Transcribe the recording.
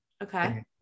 Okay